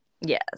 yes